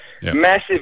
Massive